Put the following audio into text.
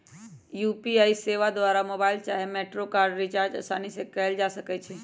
UPI सेवा द्वारा mobile चाहे मेट्रो कार्ड रिचार्ज असानी से कएल जा सकइ छइ